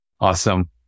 Awesome